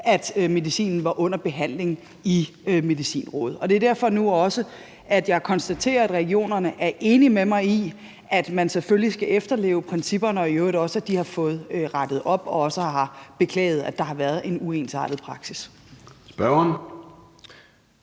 at medicinen var under behandling i Medicinrådet. Det er derfor, at jeg nu også konstaterer, at regionerne er enige med mig i, at man selvfølgelig skal efterleve principperne, og at de i øvrigt også har fået rettet op på det og har beklaget, at der har været en uensartet praksis. Kl.